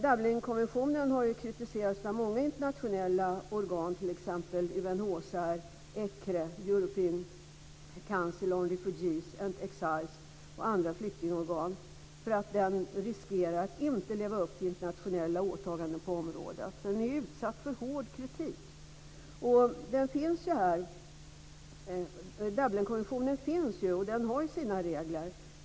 Dublinkonventionen har kritiserats av många internationella organ - t.ex. av UNHCR, ECRE, European Council on Refugees and Exiles, och andra flyktingorgan - för att den riskerar att inte leva upp till internationella åtaganden på området. Den är utsatt för hård kritik. Dublinkonventionen finns och den har sina regler.